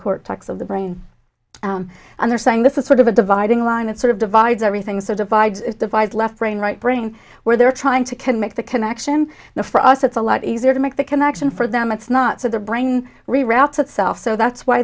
cortex of the brain and they're saying this is sort of a dividing line it sort of divides everything so divides divide left brain right brain where they're trying to can make the connection for us it's a lot easier to make the connection for them it's not so the brain reroutes itself so that's why